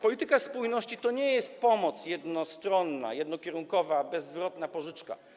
Polityka spójności to nie jest pomoc jednostronna, jednokierunkowa, bezzwrotna pożyczka.